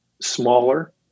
smaller